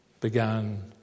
began